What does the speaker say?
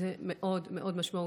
זה מאוד מאוד משמעותי,